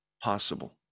possible